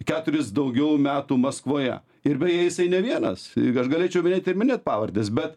keturis daugiau metų maskvoje ir beje jisai ne vienas aš galėčiau minėt ir minėt pavardes bet